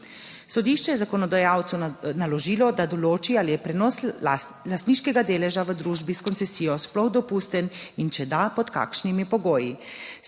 (Nadaljevanje) naložilo, da določi, ali je prenos lastniškega deleža v družbi s koncesijo sploh dopusten in če da, pod kakšnimi pogoji.